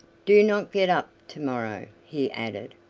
do not get up to-morrow, he added,